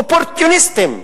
אופורטוניסטים,